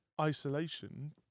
isolation